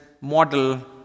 model